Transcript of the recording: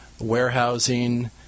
warehousing